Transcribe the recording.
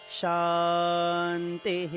Shanti